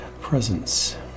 presence